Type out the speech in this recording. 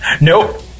Nope